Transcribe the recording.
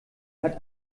hat